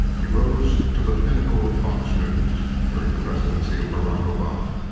he rose to the pinnacle of fox news during the presidency of barack obama.